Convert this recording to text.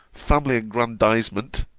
family aggrandizement,